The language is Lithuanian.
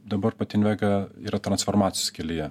dabar pati invega yra transformacijos kelyje